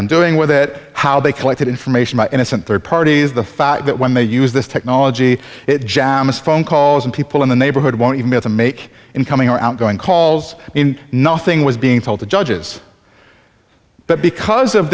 on doing with it how they collected information by innocent third parties the fact that when they use this technology it jamas phone calls and people in the neighborhood want you to make incoming or outgoing calls in nothing was being told to judges that because of